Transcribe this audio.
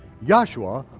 yahshua,